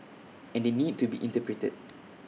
and they need to be interpreted